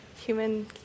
human